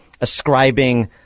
ascribing